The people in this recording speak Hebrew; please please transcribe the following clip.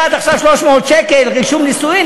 היה עד עכשיו 300 שקל רישום נישואים,